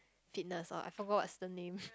fitness or I forgot what's the name